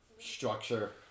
structure